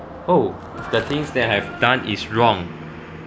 oh the things they have done is wrong